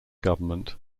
government